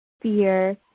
fear